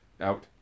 Out